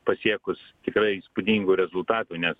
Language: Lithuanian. pasiekus tikrai įspūdingų rezultatų nes